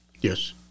Yes